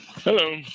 hello